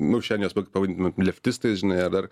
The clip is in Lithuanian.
nu čia nes pavadino leftistais žinai ar dar